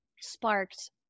sparked